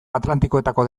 atlantikoetako